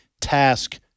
task